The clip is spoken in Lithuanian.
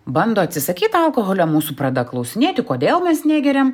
bando atsisakyt alkoholio mūsų pradeda klausinėti kodėl mes negeriam